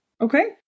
Okay